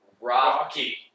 Rocky